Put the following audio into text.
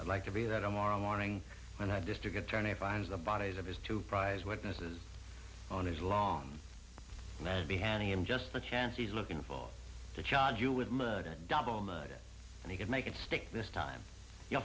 i'd like to be that on morrow morning when i district attorney find the bodies of his two prize witnesses on his lawn be handing him just the chance he's looking for to charge you with murder double murder and he could make it stick this time you'